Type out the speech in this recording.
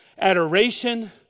adoration